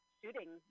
shooting